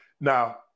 Now